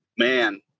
man